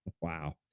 Wow